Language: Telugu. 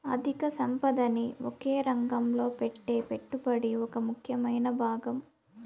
అధిక సంపదని ఒకే రంగంలో పెట్టే పెట్టుబడి ఒక ముఖ్యమైన భాగం